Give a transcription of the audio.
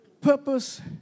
purpose